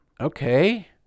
Okay